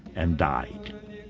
and died.